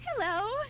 Hello